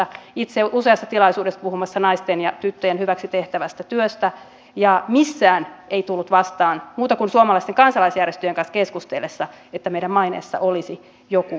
itse olin useassa tilaisuudessa puhumassa naisten ja tyttöjen hyväksi tehtävästä työstä ja missään ei tullut vastaan muuta kuin suomalaisten kansalaisjärjestöjen kanssa keskustellessa että meidän maineessamme olisi joku ongelma